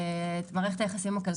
את מערכת היחסים הכלכלית.